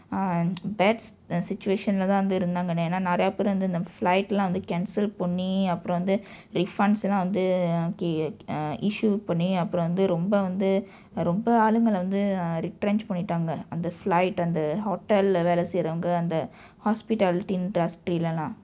ah bad sit~ situation-il தான் இருந்தாங்கனு ஏன் என்றால் நிறைய பேர் வந்து:thaan irunthaangkanu een enraal niraiya peer vandthu flight எல்லாம் வந்து:ellaam vandthu cancel பண்ணி அப்புறம் வந்து:panni appuram vandthu refunds எல்லாம் வந்து:ellaam vandthu um issue பண்ணி அப்புறம் வந்து ரொம்ப வந்து ரொம்ப ஆளுகளை வந்து:panni appuram vandthu rompa vandthu rompa aaalukalai vandthu retrench பண்ணிட்டாங்க அந்த:pannitdaangka andtha flight அந்த:antha hotel-il வேலை செய்யறவங்க அந்த:veelai seyravangka antha hospitality industry-il எல்லாம்:ellaam